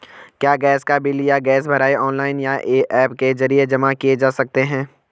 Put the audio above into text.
क्या गैस का बिल या गैस भराई ऑनलाइन या ऐप के जरिये जमा किये जा सकते हैं?